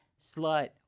slut